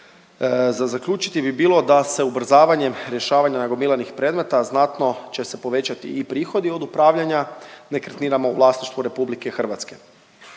Za zaključiti bi bilo da se ubrzavanjem rješavanjem rješavanja nagomilanih predmeta znatno će se povećati i prihodi od upravljanja nekretninama u vlasništvu Republike Hrvatske.